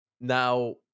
now